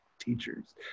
teachers